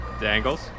Dangles